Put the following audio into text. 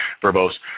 verbose